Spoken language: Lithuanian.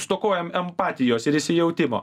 stokojam empatijos ir įsijautimo